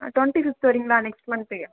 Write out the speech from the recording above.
twenty fifth வரைக்கும் தான் next month